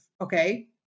okay